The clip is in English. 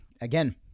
Again